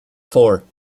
four